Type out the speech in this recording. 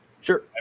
Sure